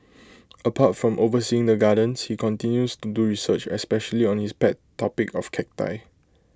apart from overseeing the gardens he continues to do research especially on his pet topic of cacti